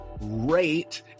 rate